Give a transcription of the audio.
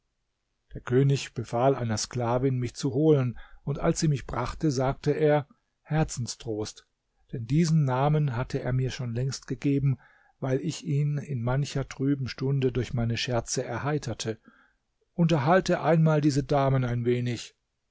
der könig befahl einer sklavin mich zu holen und als sie mich brachte sagte er herzenstrost denn diesen namen hatte er mir schon längst gegeben weil ich ihn in mancher trüben stunde durch meine scherze erheiterte unterhalte einmal diese damen ein wenig